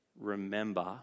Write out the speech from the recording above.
remember